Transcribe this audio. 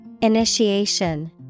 Initiation